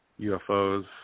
UFOs